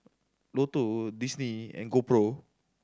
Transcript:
Lotto Disney and GoPro